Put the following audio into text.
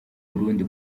burundi